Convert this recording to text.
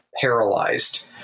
paralyzed